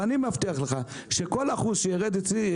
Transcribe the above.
ואני מבטיח לך שכל אחוז שירד אצלי,